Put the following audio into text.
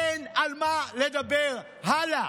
אין על מה לדבר הלאה.